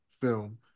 film